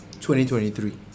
2023